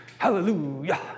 Hallelujah